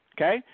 Okay